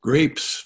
Grapes